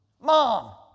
Mom